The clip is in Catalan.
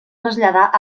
traslladar